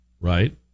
right